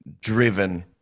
driven